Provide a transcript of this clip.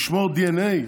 לשמור דנ"א,